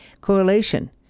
correlation